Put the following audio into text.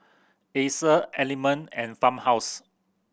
Acer Element and Farmhouse